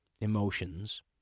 emotions